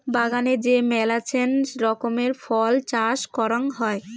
বাগানে যে মেলাছেন রকমের ফল চাষ করাং হই